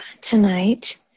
tonight